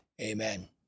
amen